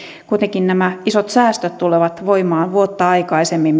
kuitenkin nämä isot säästöt tulevat voimaan vuotta aikaisemmin